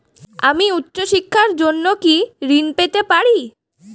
আমি উচ্চশিক্ষার জন্য কি ঋণ পেতে পারি?